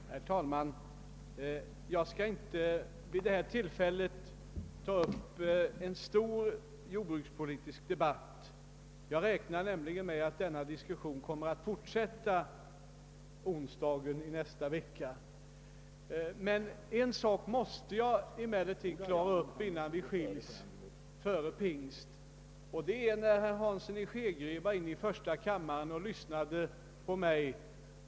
Herr talman! Jag skall inte vid detta tillfälle ta upp någon stor jordbrukspolitisk debatt, ty jag räknar med att denna diskussion kommer att fortsätta på onsdag i nästa vecka. En sak måste jag emellertid klara upp innan vi skiljs åt före pingst. Herr Hansson i Skegrie sade att han var inne i första kammaren och lyssnade på mig.